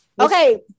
Okay